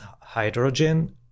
hydrogen